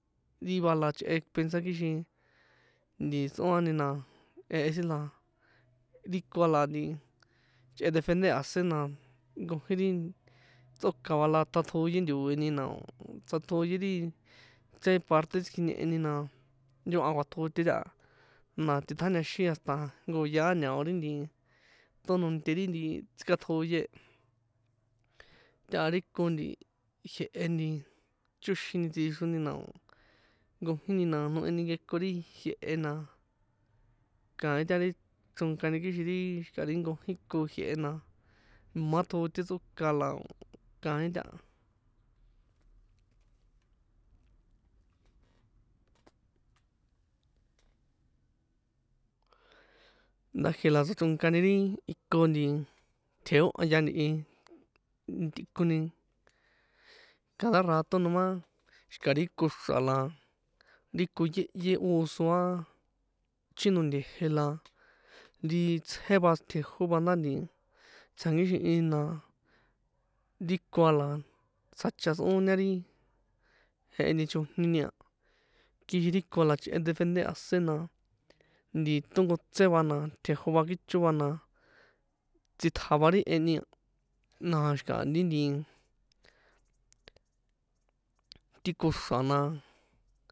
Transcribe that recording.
Ri va la chꞌe pensar kixin nti tsꞌoani, na jehe sin la ri ko a la nti chꞌe defender a̱sén, na nkojínri tsꞌoka va la tꞌaṭjoye nto̱eni na o̱ tsatjoye ri chrꞌen parte tsikjineheni, na nchoha kuaṭjote taha, na titjañaxin hasta nko yaá ña̱o tononte ri nti tsikaṭjoye e, taha ri ko nti jie̱hé nti choxini tsixroni, na o̱ nkojíni na noheni nke kori jie̱he na, kaín tari chronkani kixin ri xi̱ka̱ ri nkojín ko jie̱he na imá ṭjote tsꞌoka, la o̱ kaín taha. Ndá jie la tsochronkani ri iko nti tjeohya ntihi, tꞌikoni cada rato noma xi̱ka̱ri koxra̱ la, ri ko yehyé oso aa, chino nte̱je̱ la, ri tsje va tjejó va ndá nti tsjankixinhini na ri ko a la tsjacha tsꞌoña ri jeheni, chojni ni a, kixin ri ko a la chꞌe defender a̱sén na nti tonkotse va na tjejo va kicho va, na tsitja va ri e ni a, na xi̱kaha ri nti, ti koxra̱ na.